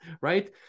right